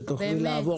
שתוכלי לעבור עליהם.